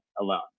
alone